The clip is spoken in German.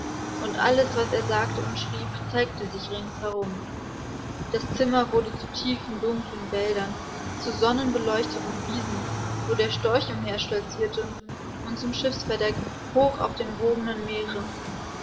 und alles was er sagte und schrieb zeigte sich ringsherum das zimmer wurde zu tiefen dunklen wäldern zu sonnenbeleuchteten wiesen wo der storch umherstolzierte und zum schiffsverdeck hoch auf dem wogenden meere